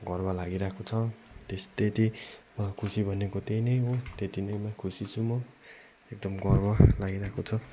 गर्व लागिरहेको छ त्यस त्यति अब खुसी भनेको त्यही नै हो त्यतिमै खुसी छु म एकदम गर्व लागिरहेको छ